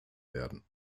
werden